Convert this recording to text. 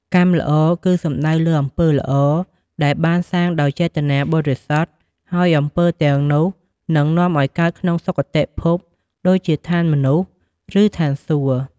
កម្មល្អ គឺសំដៅលើអំពើល្អដែលបានសាងដោយចេតនាបរិសុទ្ធ ហើយអំពើទាំងនោះនឹងនាំឲ្យកើតក្នុងសុគតិភព ដូចជាឋានមនុស្ស ឬឋានសួគ៌។